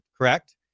Correct